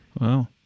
Wow